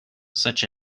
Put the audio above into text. such